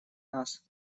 нас